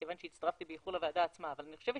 כיוון שהצטרפתי באיחור לוועדה עצמה, אבל אני חושבת